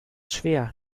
schwer